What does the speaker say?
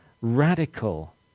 radical